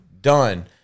Done